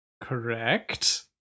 correct